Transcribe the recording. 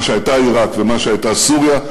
מה שהייתה עיראק ומה שהייתה סוריה,